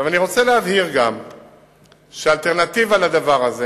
אני רוצה להבהיר גם שהאלטרנטיבה לדבר הזה